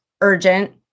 urgent